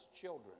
children